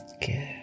Good